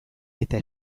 eta